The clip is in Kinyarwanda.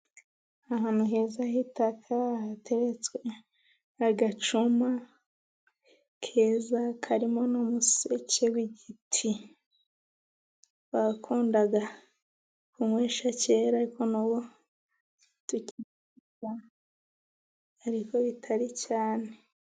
Ahantu heza h'itaka hateretswe agacuma keza karimo n'umuseke w'igiti, bakundaga kunywesha kera, ariko n'ubu tujya tubibona, ariko bitari cyane.